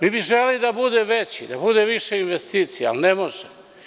Mi bi želeli da bude veći, da bude više investicija, ali ne može.